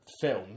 film